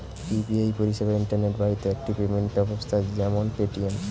UPI পরিষেবা internet বাহিত একটি পেমেন্ট ব্যবস্থা যেমন পেটিএম